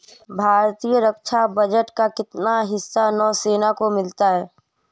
भारतीय रक्षा बजट का कितना हिस्सा नौसेना को मिलता है?